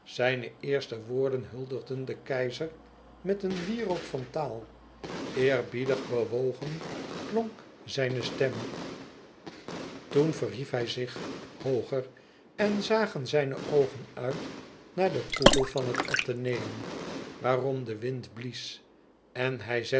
zijne eerste woorden huldigden den keizer met een wierook van taal eerbiedig bewogen klonk zijne stem toen verhief hij zich hooger en zagen zijne oogen uit naar de coupole van het atheneum waarom de wind blies en hij zette